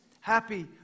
happy